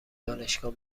دانشگاه